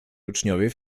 uczniowie